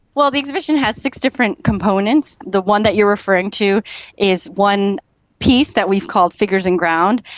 well, the exhibition has six different components. the one that you are referring to is one piece that we've called figures and ground,